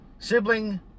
Sibling